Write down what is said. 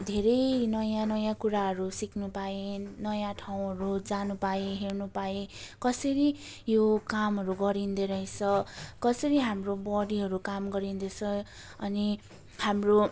धेरै नयाँ नयाँ कुराहरू सिक्नु पाएँ नयाँ ठाउँहरू जानु पाएँ हेर्नु पाएँ कसरी यो कामहरू गरिँदो रहेछ कसरी हाम्रो बडीहरू काम गरिँदैछ अनि हाम्रो